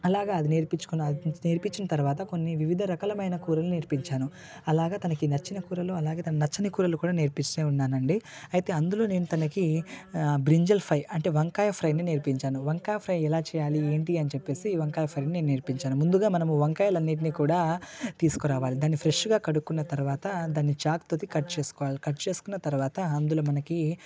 అలాగా అది నేర్పించుకున్నాను నేర్పించిన తర్వాత కొన్ని వివిధ రకాలైన కూరలు నేర్పించాను అలాగ తనకి నచ్చిన కూరలు అలాగే తనకి నచ్చని కూరలు కూడా నేర్పిస్తు ఉన్నాను అండి అయితే అందులో నేను తనకి బ్రింజల్ ఫ్రై అంటే వంకాయ ఫ్రైని నేర్పించాను వంకాయి ఫ్రై ఎలా చేయాలి ఏంటి అని చెప్పేసి వంకాయ ఫ్రైని నేర్పించాను ముందుగా మనము వంకాయలు అన్నింటినీ కూడా తీసుకు రావాలి దాన్ని ఫ్రెషుగా కడుక్కున్న తర్వాత దాన్ని చాకుతోటి కట్ చేసుకోవాలి కట్ చేసుకున్న తర్వాత అందులో మనకి